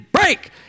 break